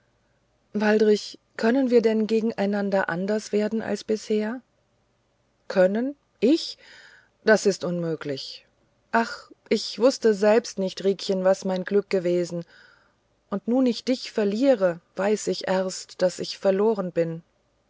waldrich können wir denn gegeneinander anders werden wie bisher können ich das ist unmöglich ach ich wußte selbst nicht riekchen was mein glück gewesen nun ich dich verliere weiß ich erst daß ich verloren bin